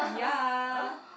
yea